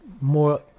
more